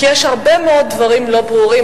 כי יש הרבה מאוד דברים לא ברורים",